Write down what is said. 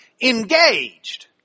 engaged